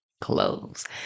clothes